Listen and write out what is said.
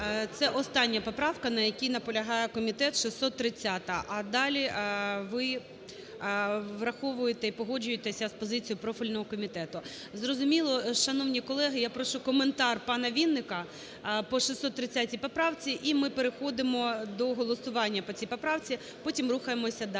Це остання поправка, на якій наполягає комітет, 630-а, а далі ви враховуєте і погоджуєтеся з позицією профільного комітету – зрозуміло. Шановні колеги, я прошу коментар панаВінника по 630 поправці, і ми переходимо до голосування по цій поправці, потім рухаємося далі.